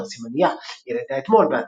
באתר "סימניה" ילד האתמול,